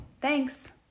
Thanks